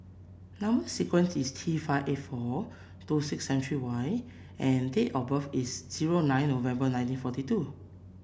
number sequence is T five eight four two six seven three Y and date of birth is zero nine November nineteen forty two